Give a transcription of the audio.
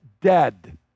dead